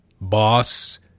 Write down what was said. boss